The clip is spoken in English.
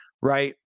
right